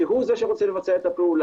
כי הוא זה שרוצה לבצע את הפעולה.